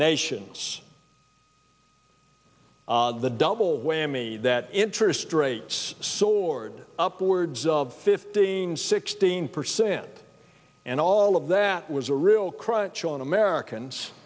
nations the double whammy that interest rates soared upwards of fifteen sixteen percent and all of that was a real crunch on americans